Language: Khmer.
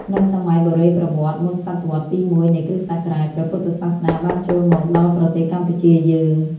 នៅសម័យបុរេប្រវត្តិ មុនសតវត្សទី ១ នៃគ.ស. ព្រះពុទ្ធសាសនាបានចូលមក ដល់ប្រទេសកម្ពុជាយើង។